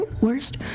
worst